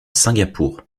singapour